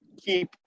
keep